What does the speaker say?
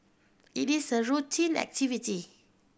it is a routine activity